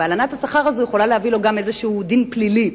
והלנת השכר הזאת עלולה להביא עליו גם איזה דין פלילי,